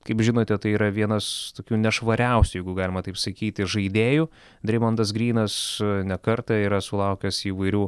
kaip žinote tai yra vienas tokių nešvariausių jeigu galima taip sakyti žaidėjų dreimondas grynas ne kartą yra sulaukęs įvairių